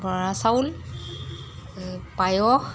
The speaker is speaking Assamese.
বৰা চাউল পায়স